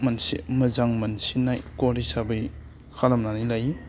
मोनसे मोजां मोनसिन्नाय गद हिसाबै खालामनानै लायो